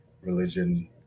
religion